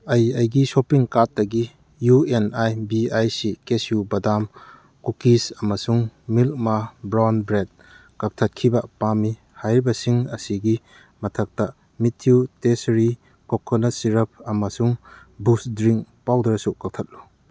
ꯑꯩ ꯑꯩꯒꯤ ꯁꯣꯞꯄꯤꯡ ꯀꯥꯔꯠꯇꯒꯤ U N I B I C cashew ꯕꯗꯥꯝ ꯀꯨꯀꯤꯁ ꯑꯃꯁꯨꯡ ꯃꯤꯜꯛ ꯃꯥ ꯕ꯭ꯔꯥꯎꯟ ꯕ꯭ꯔꯦꯗ ꯀꯛꯊꯠꯈꯤꯕ ꯄꯥꯝꯃꯤ ꯍꯥꯏꯔꯤꯕꯁꯤꯡ ꯑꯁꯤꯒꯤ ꯃꯊꯛꯇ ꯃꯤꯊ꯭ꯌꯨ ꯇꯦꯁꯔꯤ ꯀꯣꯀꯣꯅꯠ ꯁꯤꯔꯞ ꯑꯃꯁꯨꯡ ꯕꯨꯁ ꯗ꯭ꯔꯤꯡ ꯄꯥꯎꯗꯔꯁꯨ ꯀꯛꯊꯠꯂꯨ